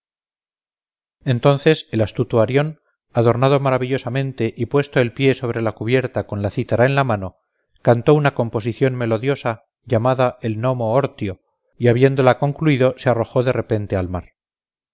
entonces el astuto arión adornado maravillosamente y puesto el pie sobre la cubierta con la cítara en la mano cantó una composición melodiosa llamada el nomo orthio y habiéndola concluido se arrojó de repente al mar